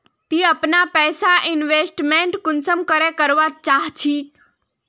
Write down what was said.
ती अपना पैसा इन्वेस्टमेंट कुंसम करे करवा चाँ चची?